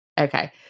Okay